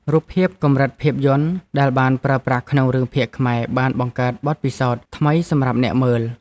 រូបភាពកម្រិតភាពយន្តដែលបានប្រើប្រាស់ក្នុងរឿងភាគខ្មែរបានបង្កើតបទពិសោធន៍ថ្មីសម្រាប់អ្នកមើល។